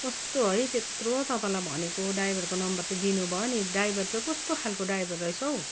कस्तो है त्यत्रो तपाईँलाई भनेको ड्राइभरको नम्बर त दिनु भयो नि ड्राइभर चाहिँ कस्तो खालको ड्राइभर रहेछ हौ